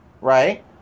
right